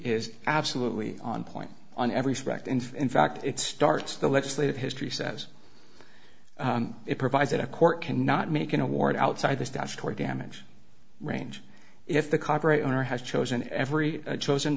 is absolutely on point on every subject and in fact it starts the legislative history says it provides that a court cannot make an award outside the statutory damage range if the copyright owner has chosen every chosen